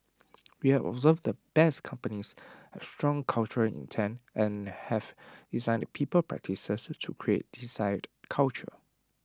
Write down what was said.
we have observed that best companies have strong cultural intent and have designed people practices to create desired culture